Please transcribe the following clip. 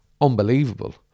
unbelievable